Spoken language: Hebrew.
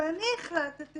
והחלטתי